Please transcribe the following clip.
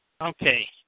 Okay